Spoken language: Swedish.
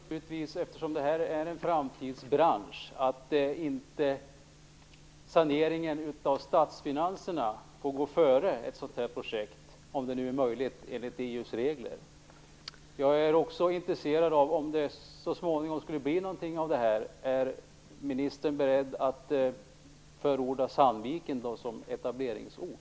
Herr talman! Eftersom detta är en framtidsbransch hoppas jag att saneringen av statsfinanserna inte får gå före ett sådant här projekt, om det nu är möjligt att genomföra enligt EU:s regler. Om projektet så småningom skulle bli av, är ministern då beredd att förorda Sandviken som etableringsort?